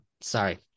sorry